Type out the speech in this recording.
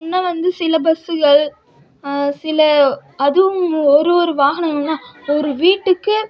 இன்னும் வந்து சில பஸ்ஸுகள் சில அதுவும் ஒரு ஒரு வாகனங்கள்னா ஒரு வீட்டுக்கு